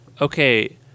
okay